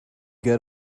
get